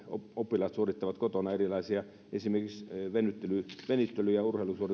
oppilaat suorittavat kotona esimerkiksi erilaisia venyttelyjä urheilusuorituksen